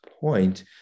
point